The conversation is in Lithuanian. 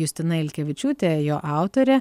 justina ilkevičiūtė jo autorė